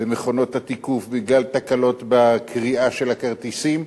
במכונות התיקוף, בגלל תקלות בקריאת הכרטיסים,